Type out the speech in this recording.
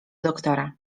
doktora